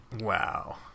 Wow